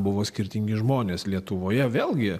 buvo skirtingi žmonės lietuvoje vėlgi